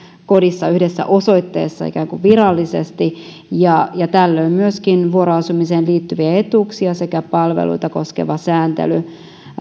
kodissa yhdessä osoitteessa ikään kuin virallisesti ja ja tällöin myöskin vuoroasumiseen liittyviä etuuksia sekä palveluita koskeva sääntely